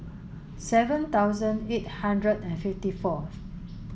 seven thousand eight hundred and fifty fourth